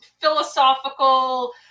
philosophical